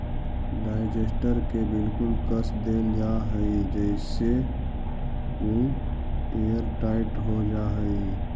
digester के बिल्कुल कस देल जा हई जेसे उ एयरटाइट हो जा हई